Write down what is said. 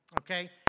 okay